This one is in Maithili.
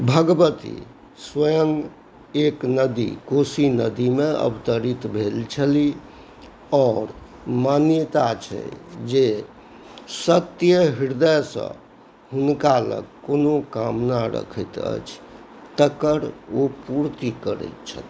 भगवती स्वयं एक नदी कोशी नदीमे अवतरित भेल छलीह आओर मान्यता छै जे शक्तिय हृदयसँ हुनका लग कोनो कामना रखैत अछि तकर ओ पूर्ति करै छथिन